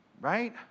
Right